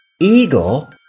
eagle